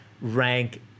rank